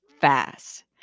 fast